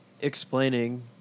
explaining